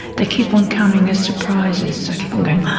they keep on coming as surprises. i keep on going,